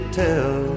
tell